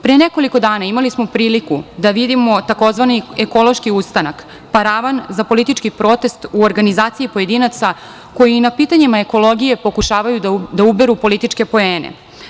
Pre nekoliko dana, imali smo priliku da vidimo tzv. Ekološki ustanak, paravan za politički protest u organizaciji pojedinaca, koji na pitanjima ekologije pokušavaju da uberu političke poene.